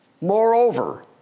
Moreover